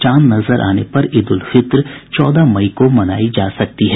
चांद नजर आने पर ईद उल फित्र चौदह मई को मनाई जा सकती है